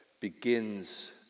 begins